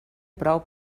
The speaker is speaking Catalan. prou